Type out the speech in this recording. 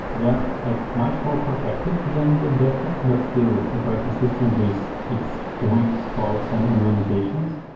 they're like much more protected than the desktops. but still, it's operating system with its weak spots and and limitations.